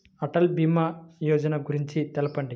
అటల్ భీమా యోజన గురించి తెలుపండి?